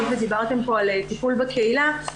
אם דיברתם פה על טיפול בקהילה,